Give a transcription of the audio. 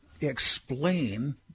explain